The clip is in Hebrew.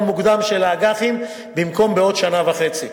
מוקדם של האג"חים במקום בעוד שנה וחצי.